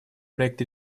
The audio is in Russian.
проект